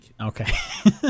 Okay